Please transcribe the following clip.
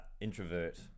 introvert